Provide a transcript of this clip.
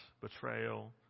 betrayal